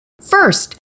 first